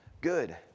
good